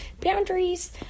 Boundaries